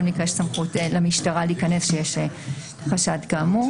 מקרה למשטרה יש סמכות להיכנס במקרה שיש חשד כאמור.